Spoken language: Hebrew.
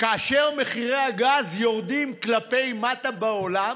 כאשר מחירי הגז יורדים כלפי מטה בעולם,